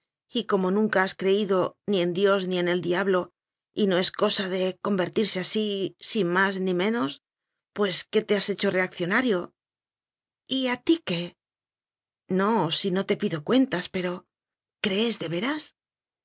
y como nunca has creído ni en dios ni en el diablo y no es cosa de convertirse así sin más ni menos pues que te has hecho reaccionario y a ti qué no si no te pido cuentas pero crees